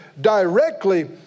directly